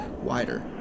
Wider